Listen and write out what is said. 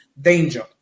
danger